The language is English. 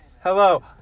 Hello